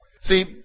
See